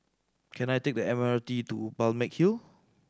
can I take the M R T to Balmeg Hill